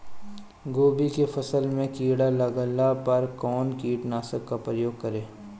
गोभी के फसल मे किड़ा लागला पर कउन कीटनाशक का प्रयोग करे?